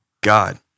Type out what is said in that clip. God